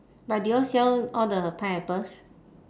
but do you all sell all the pineapples